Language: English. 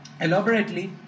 elaborately